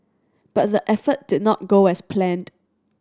but the effort did not go as planned